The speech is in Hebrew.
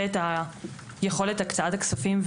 את יכולת הקצאת הכספים,